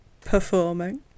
performing